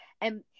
And-